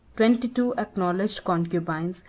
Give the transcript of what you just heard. twenty-two acknowledged concubines,